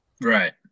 right